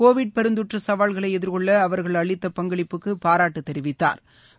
Covid பெருந்தொற்று சவால்களை எதிர்கொள்ள அவர்கள் அளித்த பங்களிப்புக்கு பாராட்டு தெரிவித்தாா்